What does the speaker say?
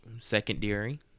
secondary